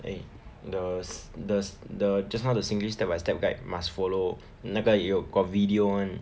eh does does the just now the singlish step by step guide must follow 那个有 got video [one]